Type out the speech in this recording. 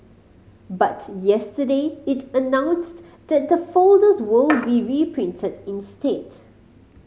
but yesterday it announced that the folders will be reprinted instead